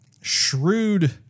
shrewd